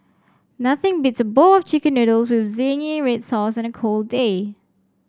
nothing beats a bowl of chicken noodles with zingy red sauce on a cold day